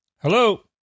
Hello